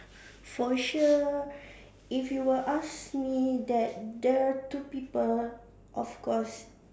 for sure if you were ask me that there are two people of course